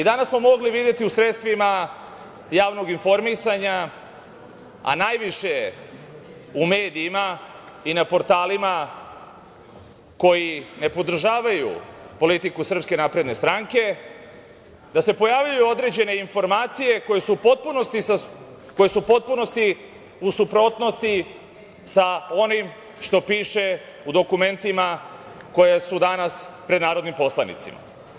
Danas smo mogli videti u sredstvima javnog informisanja, a najviše u medijima i na portalima koji ne podržavaju politiku Srpske napredne stranke da se pojavljuju određene informacije koje su u potpunosti u suprotnosti sa onim što piše u dokumentima koja su danas pred narodnim poslanicima.